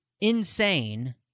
insane